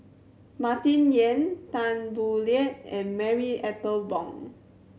Martin Yan Tan Boo Liat and Marie Ethel Bong